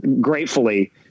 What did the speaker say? gratefully